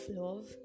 love